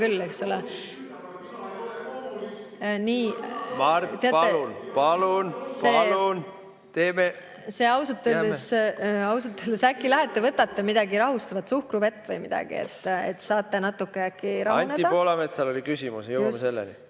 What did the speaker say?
... Ausalt öeldes, äkki lähete võtate midagi rahustavat, suhkruvett või midagi, saate natuke äkki rahuneda. Anti Poolametsal oli küsimus, jõuame selleni.